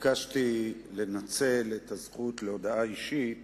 ביקשתי לנצל את הזכות להודעה אישית